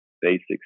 Basics